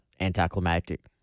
anticlimactic